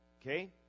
Okay